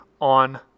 on